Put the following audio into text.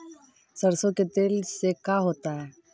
सरसों के तेल से का होता है?